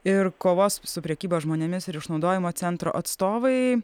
ir kovos su prekyba žmonėmis ir išnaudojimo centro atstovai